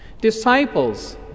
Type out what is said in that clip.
Disciples